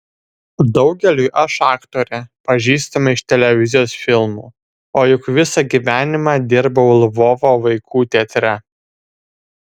daugeliui aš aktorė pažįstama iš televizijos filmų o juk visą gyvenimą dirbau lvovo vaikų teatre